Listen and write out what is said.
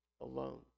alone